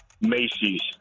Macy's